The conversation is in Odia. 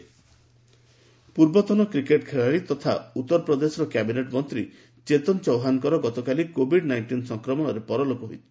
ଚେତନ ଚୌହାନ୍ ପୂର୍ବତନ କ୍ରିକେଟ୍ ଖେଳାଳି ତଥା ଉତ୍ତର ପ୍ରଦେଶର କ୍ୟାବିନେଟ୍ ମନ୍ତ୍ରୀ ଚେତନ ଚୌହାନ୍ଙ୍କର ଗତକାଲି କୋଭିଡ୍ ନାଇଷ୍ଟିନ୍ ସଂକ୍ରମଣରେ ପରଲୋକ ହୋଇଛି